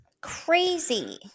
Crazy